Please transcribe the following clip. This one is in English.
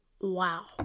Wow